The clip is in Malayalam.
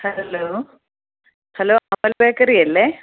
ഹലോ ഹലോ അമൽ ബേക്കറി അല്ലേ